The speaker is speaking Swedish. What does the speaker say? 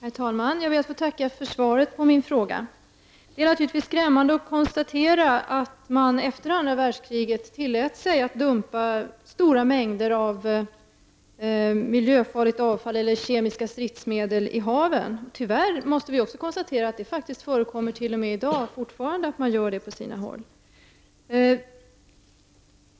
Herr talman! Jag ber att få tacka för svaret på min fråga. Det är naturligtvis skrämmande att konstatera att man efter andra världskriget tillät sig att dumpa stora mängder miljöfarligt avfall eller kemiska stridsmedel i haven. Tyvärr måste jag också konstatera att det förekommer även i dag att man gör det på sina håll.